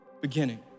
beginning